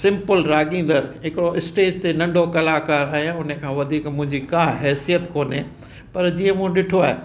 simple राॻींदड़ हिकिड़ो stage ते नंढो कलाकारु आहियां उनखां वधीक मुंहिंजी का हैसियतु कोन्हे पर जीअं मूं ॾिठो आहे